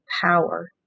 power